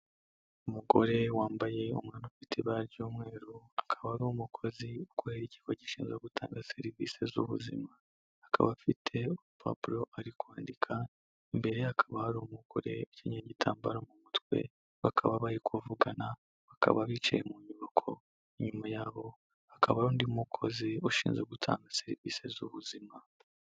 Umugore wambaye umwenda ufite ibara ry'umweru akaba ari umukozi ukorera ikigo gishinzwe gutanga serivisi z'ubuzima. Akaba afite urupapuro ari kwandika, imbere ye kaba hari umugore ukenyeye igitambaro mu mutwe, bakaba bari kuvugana bakaba bicaye mu nyubako, inyuma yabo hakaba hari undi mukozi ushinzwe gutanga serivisi z'ubuzima.